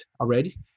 already